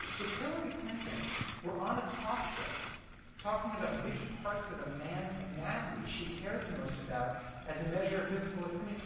if hillary clinton were on a talk show talking about which parts of a man's anatomy she cared the most about as a measure of physical i mean,